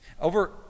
over